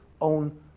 own